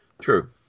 True